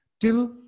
till